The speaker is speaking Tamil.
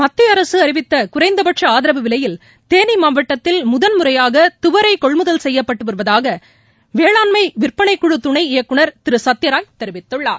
மத்தியஅரசு அறிவித்த குறைந்தபட்ச ஆதரவு விலையில் தேனி மாவட்டத்தில் முதன்முறையாக துவரை கொள்முதல் செய்யப்பட்டு வருவதாக வேளாண்மை விற்பனைக்குழு துணை இயக்குநர் திரு சத்யராய் தெரிவித்துள்ளார்